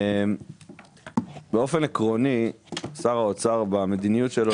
באופן עקרוני שר האוצר במדיניות שלו